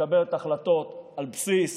שמקבלת החלטות על בסיס